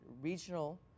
regional